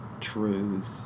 truth